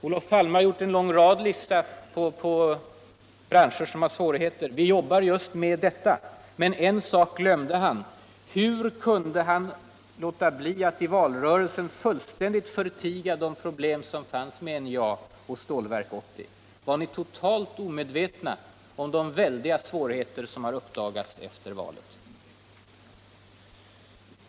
Olof Palme har gjort upp en lång lista på branscher som brottas med svårigheter. Vi arbetar just nu med detta. Men en sak glömde han. Hur kunde han i valrörelsen fullständigt förtiga de problem som fanns i NJA och i Stålverk 80? Var ni totalt omedvetna om de väldiga svårigheter som uppdagades där efter valet?